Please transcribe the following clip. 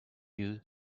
you